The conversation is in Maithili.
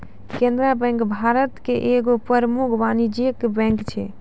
केनरा बैंक भारत के एगो प्रमुख वाणिज्यिक बैंक छै